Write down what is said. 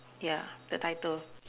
yeah the title